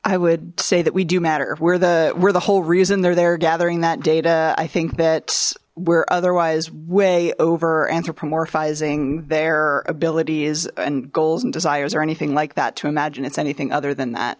i would say that we do matter where the were the whole reason they're there gathering that data i think that we're otherwise way over anthropomorphizing their abilities and goals and desires or anything like that to imagine it's anything other than that